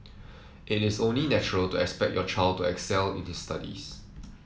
it is only natural to expect your child to excel it studies